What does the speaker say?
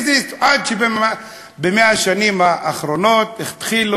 עד שב-100 השנים האחרונות התחילו